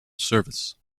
service